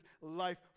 life